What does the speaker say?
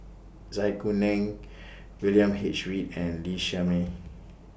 Zai Kuning William H Read and Lee Shermay